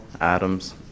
Adams